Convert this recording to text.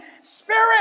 Spirit